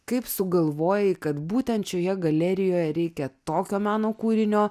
kaip sugalvojai kad būtent šioje galerijoje reikia tokio meno kūrinio